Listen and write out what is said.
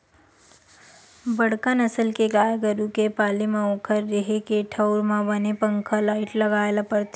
बड़का नसल के गाय गरू के पाले म ओखर रेहे के ठउर म बने पंखा, लाईट लगाए ल परथे